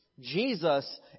Jesus